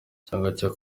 cyokora